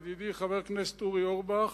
ידידי חבר הכנסת אורי אורבך,